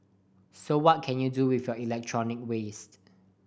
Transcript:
so what can you do with your electronic waste